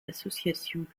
associations